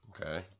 Okay